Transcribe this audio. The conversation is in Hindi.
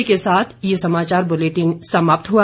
इसी के साथ ये समाचार बुलेटिन समाप्त हुआ